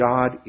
God